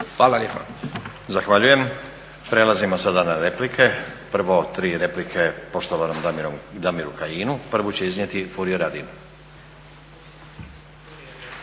Nenad (SDP)** Zahvaljujem. Prelazimo sada na replike. Prvo tri replike poštovanom Damiru Kajinu. Prvu će iznijeti Furio Radin.